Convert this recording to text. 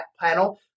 panel